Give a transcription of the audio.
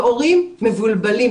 והורים מבולבלים.